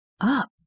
up